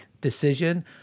decision